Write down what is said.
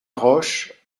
roche